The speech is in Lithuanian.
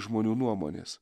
žmonių nuomonės